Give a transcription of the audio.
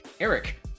Eric